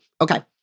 Okay